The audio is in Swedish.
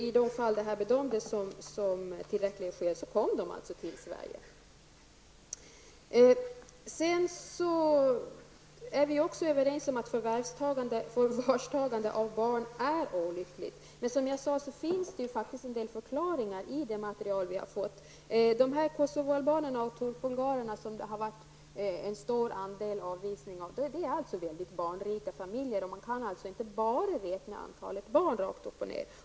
I de fall detta bedömdes som tillräckligt skäl fick den sökande komma till Sverige. Vi är också överens om att förvarstagande av barn är olyckligt. Men det finns faktiskt en del förklaringar i det material vi har fått till utskottet. Den grupp Bulgarienturkar och Kosovoalbaner där man hade den största andelen avvisade har bestått av många barnrika familjer. Det går inte att bara räkna antalet barn rakt upp och ner.